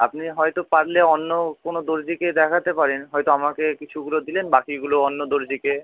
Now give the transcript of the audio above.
আপনি হয়তো পারলে অন্য কোনো দর্জিকে দেখাতে পারেন হয়তো আমাকে কিছুগুলো দিলেন বাকিগুলো অন্য দর্জিকে